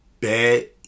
bad